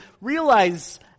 realize